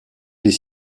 les